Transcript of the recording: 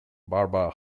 barbara